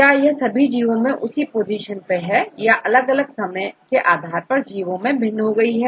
क्या यह सभी जीवो में उसी पोजीशन पर है या अलग अलग समय के आधार पर जीवो में भिन्न हो गई है